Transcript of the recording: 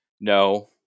No